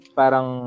parang